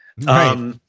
Right